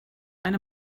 eine